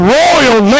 royal